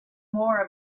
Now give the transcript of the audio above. more